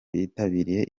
bitabiriye